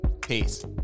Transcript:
Peace